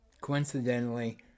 coincidentally